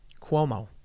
Cuomo